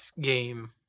game